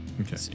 Okay